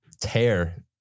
tear